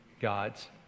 God's